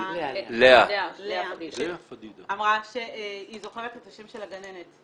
לאה פדידה אמרה שהיא זוכרת את השם של הגננת.